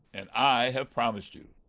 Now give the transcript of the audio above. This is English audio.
and i have promised you.